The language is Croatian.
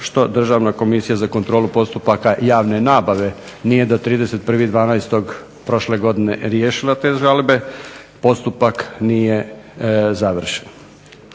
što Državna komisija za kontrolu postupaka javne nabave nije do 31.12. prošle godine riješila te žalbe, postupak nije završen.